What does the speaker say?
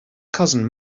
cousin